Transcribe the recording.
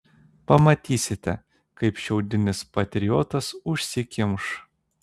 pamatysite kaip šiaudinis patriotas užsikimš